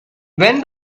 when